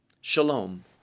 shalom